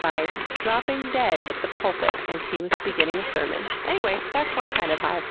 by dropping dead at the pulpit as he was beginning a sermon. anyway, that's one kind of hive.